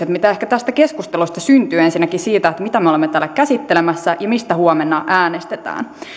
käsitykset mitä tästä keskustelusta ehkä syntyi ensinnäkin siitä mitä me olemme täällä käsittelemässä ja mistä huomenna äänestetään